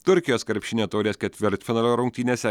turkijos krepšinio taurės ketvirtfinalio rungtynėse